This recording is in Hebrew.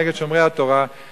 נגד שומרי התורה,